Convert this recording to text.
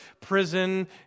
prison